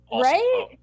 Right